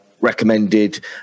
recommended